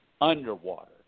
underwater